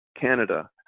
canada